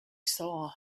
saw